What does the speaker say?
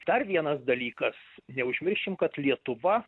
dar vienas dalykas neužmiršim kad lietuva